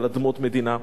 אלא על אדמות מדינה,